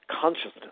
consciousness